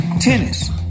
Tennis